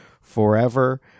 forever